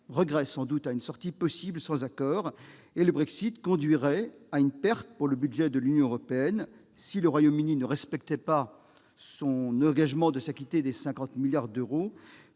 regret, à une sortie possible sans accord. Le Brexit conduirait à une perte pour le budget de l'Union européenne, si le Royaume-Uni ne respectait pas son engagement de s'acquitter des 50 milliards d'euros